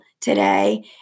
today